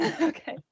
Okay